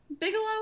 Bigelow